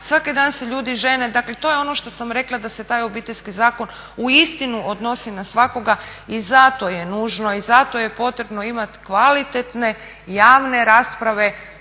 svaki dan se ljudi žene. Dakle, to je ono što sam rekla da se taj Obiteljski zakon uistinu odnosi na svakoga i zato je nužno i zato je potrebno imati kvalitetne javne rasprave,